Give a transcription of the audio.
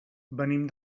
venim